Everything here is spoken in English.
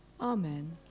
Amen